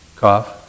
cough